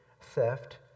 theft